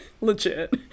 Legit